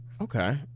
okay